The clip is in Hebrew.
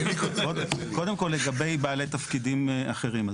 קודם כל, לגבי בעלי תפקידים אחרים.